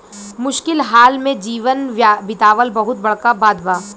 मुश्किल हाल में जीवन बीतावल बहुत बड़का बात बा